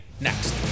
next